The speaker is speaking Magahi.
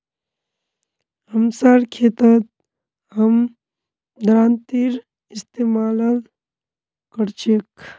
हमसार खेतत हम दरांतीर इस्तेमाल कर छेक